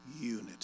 Unity